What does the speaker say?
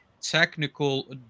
technical